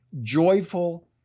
joyful